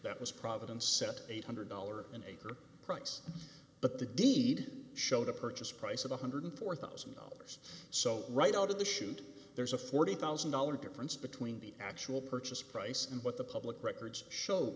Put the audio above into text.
that was providence set eight hundred dollars an acre price but the deed showed a purchase price of one hundred and four thousand dollars so right out of the chute there's a forty thousand dollars difference between the actual purchase price and what the public records show